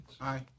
Aye